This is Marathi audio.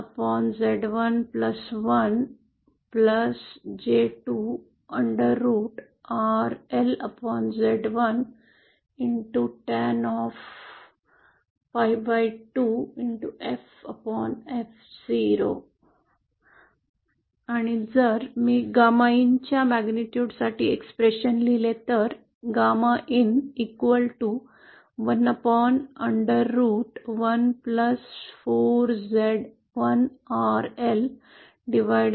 त्यामुळे गॅमा in साठी ही माझी अभिव्यक्ती आहे gamma in इनपुट रिफ्लेक्शन सहकार्य input reflection co efficient च्या तीव्रतेवर